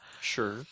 sure